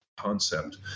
concept